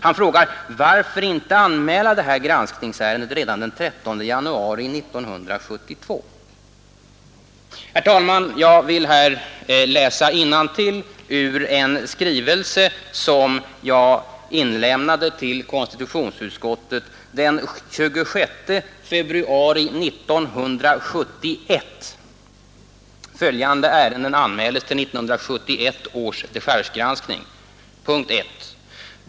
Han frågade: Varför anmäldes inte detta granskningsärende redan den 13 januari 1972? Herr talman, jag vill här läsa innantill ur en skrivelse som jag inlämnade till konstitutionsutskottet den 26 februari 1971: 1.